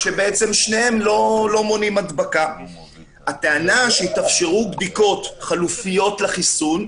זה מונע בחינה מקיפה של היבטים שכרוכים בחיסון.